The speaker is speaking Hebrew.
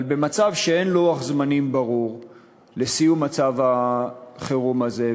אבל במצב שאין לוח זמנים ברור לסיום מצב החירום הזה,